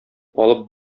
алып